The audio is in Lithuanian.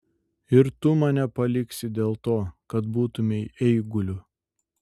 ir tu mane paliksi dėl to kad būtumei eiguliu